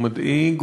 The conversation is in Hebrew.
הוא מדאיג,